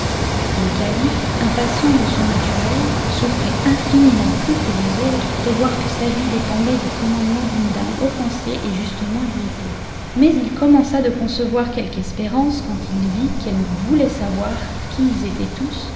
le calife impatient de son naturel souffrait infiniment plus que les autres de voir que sa vie dépendait du commandement d'une dame offensée et justement irritée mais il commença de concevoir quelque espérance quand il vit qu'elle voulait savoir qui ils étaient tous